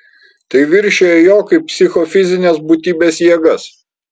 tai viršija jo kaip psichofizinės būtybės jėgas